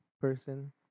person